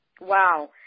Wow